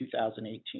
2018